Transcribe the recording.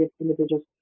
individuals